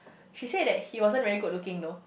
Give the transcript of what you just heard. she said that he wasn't very good looking though